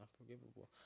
Unforgivable